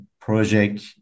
project